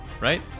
Right